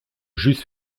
juste